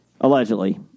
Allegedly